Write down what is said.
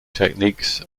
techniques